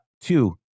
Two